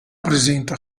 presenta